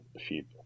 sheep